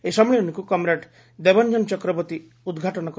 ଏହି ସମ୍ମିଳନୀକୁ କମ୍ରେଡ ଦେବଞ୍ଞନ ଚକ୍ରବର୍ଉୀ ଉଦ୍ଘାଟନ କରିଥିଲେ